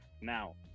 now